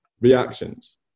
Reactions